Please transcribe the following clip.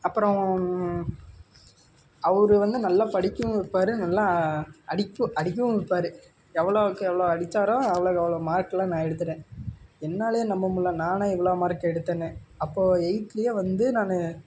அப்புறம் அவர் வந்து நல்லா படிக்கவும் வைப்பாரு நல்லா அடிக்க அடிக்கவும் வைப்பாரு எவ்வளோக்கு எவ்வளோ அடித்தாரோ அவ்வளோக்கு அவ்வளோ மார்க்லாம் நான் எடுத்துவிட்டேன் என்னாலேயே நம்ப முடில நானா இவ்வளோ மார்க் எடுத்தேன்னு அப்போது எயித்லேயே வந்து நான்